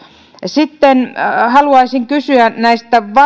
sitten haluaisin kysyä näistä